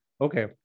Okay